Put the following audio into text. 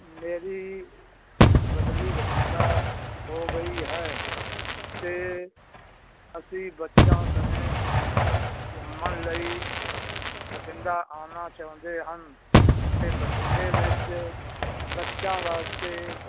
ਮੇਰੀ ਬਦਲੀ ਬਠਿੰਡਾ ਹੋ ਗਈ ਹੈ ਅਤੇ ਅਸੀਂ ਬੱਚਿਆਂ ਸਣੇ ਘੁੰਮਣ ਲਈ ਬਠਿੰਡਾ ਆਉਣਾ ਚਾਹੁੰਦੇ ਹਨ ਅਤੇ ਬਠਿੰਡੇ ਵਿੱਚ ਬੱਚਿਆਂ ਵਾਸਤੇ